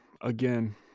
again